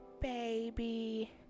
baby